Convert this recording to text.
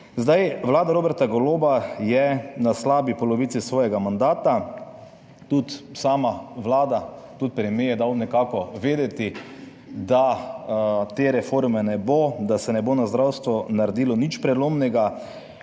Zdaj, vlada Roberta Goloba je na slabi polovici svojega mandata. Tudi sama vlada, tudi premier je dal nekako vedeti, da te reforme ne bo, da se ne bo na zdravstvu naredilo nič prelomnega,